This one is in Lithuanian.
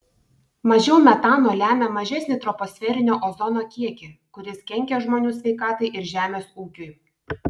mažiau metano lemia mažesnį troposferinio ozono kiekį kuris kenkia žmonių sveikatai ir žemės ūkiui